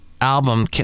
album